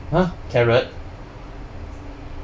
!huh! carrot